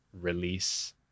release